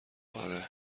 آره